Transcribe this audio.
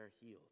healed